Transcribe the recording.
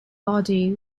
body